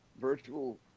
virtual